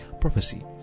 Prophecy